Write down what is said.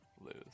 lose